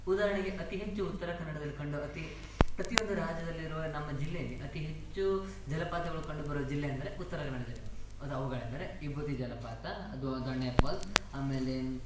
ಉದಾಹರ್ಣೆಗೆ ಅತೀ ಹೆಚ್ಚು ಉತ್ತರ ಕನ್ನಡದಲ್ಲಿ ಕಂಡು ಅತೀ ಪ್ರತಿಯೊಂದು ರಾಜ್ಯದಲ್ಲಿರುವ ನಮ್ಮ ಜಿಲ್ಲೆಯಲ್ಲಿ ಅತಿ ಹೆಚ್ಚು ಜಲಪಾತಗಳು ಕಂಡು ಬರುವ ಜಿಲ್ಲೆ ಅಂದರೆ ಉತ್ತರ ಕನ್ನಡ ಜಿಲ್ಲೆ ಅದು ಅವುಗಳೆಂದರೆ ವಿಭೂತಿ ಜಲಪಾತ ದೊಣ್ಣೆ ಪಾಲ್ಸ್ ಆಮೇಲೆ